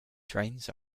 trains